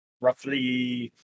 roughly